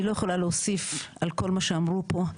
אני לא יכולה להוסיף על כל מה שאמרו פה,